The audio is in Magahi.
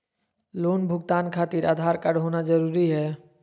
लोन भुगतान खातिर आधार कार्ड होना जरूरी है?